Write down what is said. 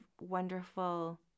wonderful